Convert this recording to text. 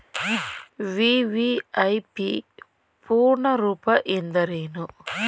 VVIP ಪೂರ್ಣ ರೂಪ ಎಂದರೇನು?